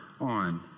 on